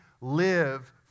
live